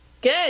Good